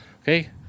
Okay